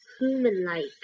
human-like